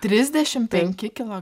trisdešim penki kilo